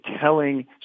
telling